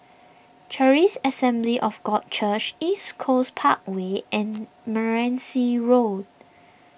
Charis Assembly of God Church East Coast Parkway and Meranti Road